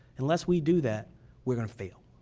unless we do that we are going to fail,